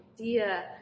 idea